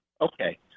Okay